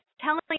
telling